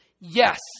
yes